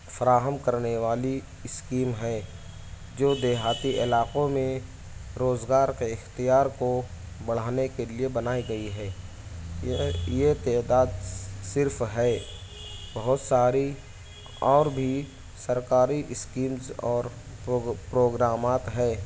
فراہم کرنے والی اسکیم ہے جو دیہاتی علاقوں میں روزگار کے اختیار کو بڑھانے کے لیے بنائی گئی ہے یہ تعداد صرف ہے بہت ساری اور بھی سرکاری اسکیمز اور پروگ پروگرامات ہیں